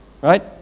Right